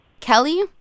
Kelly